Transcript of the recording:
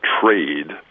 trade